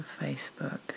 Facebook